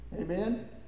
Amen